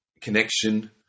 connection